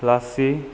ꯔꯥꯁꯤ